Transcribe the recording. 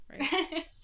Right